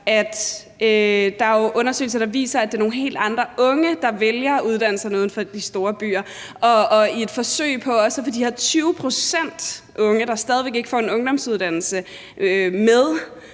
at der jo er undersøgelser, der viser, at det er nogle helt andre unge, der vælger uddannelserne uden for de store byer, og i et forsøg på også at få de her 20 pct. unge, der stadig væk ikke får en ungdomsuddannelse, med